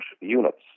units